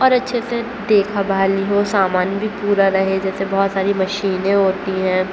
اور اچھے سے دیکھا بھالی ہو سامان بھی پورا رہے جیسے بہت ساری میشنیں ہوتی ہیں